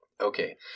okay